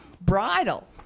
bridle